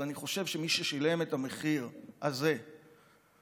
אני חושב שאת מי ששילם את המחיר הזה בעבור